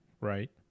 right